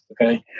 Okay